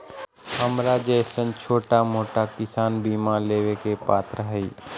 हमरा जैईसन छोटा मोटा किसान फसल बीमा लेबे के पात्र हई?